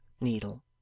needle